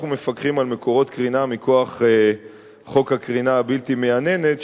אנחנו מפקחים על מקורות קרינה מכוח חוק הקרינה הבלתי-מייננת.